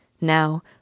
Now